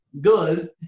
good